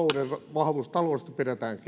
vahvasta taloudesta pidetään